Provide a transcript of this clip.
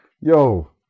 yo